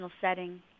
setting